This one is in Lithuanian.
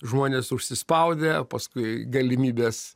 žmonės užsispaudę paskui galimybės